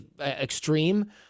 extreme